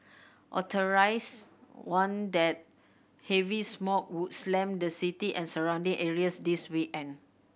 warned that heavy smog would slam the city and surrounding areas this weekend